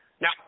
Now